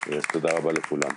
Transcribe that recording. תודה רבה לכולם.